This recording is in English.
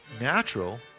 natural